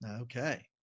Okay